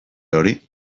hori